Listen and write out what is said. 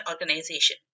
organization